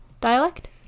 dialect